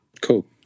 cool